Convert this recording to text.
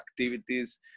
activities